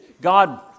God